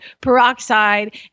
peroxide